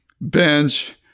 bench